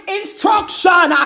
instruction